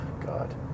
God